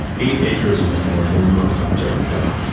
eight acres was more than most cemeteries got.